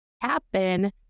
happen